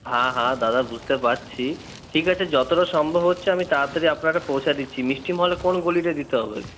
হ্যাঁ হ্যাঁ দাদা বুঝতে পারছি ঠিক আছে যতটা সম্ভব হচ্ছে আমি তাড়াতাড়ি আপনাকে পোঁছে দিচ্ছি মিষ্টিমহলের কোন গলিটায় দিতে হবে